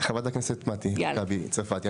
חברת הכנסת מטי הרכבי צרפתי.